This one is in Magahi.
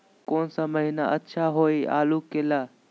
कौन सा महीना अच्छा होइ आलू के ला?